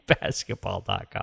basketball.com